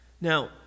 Now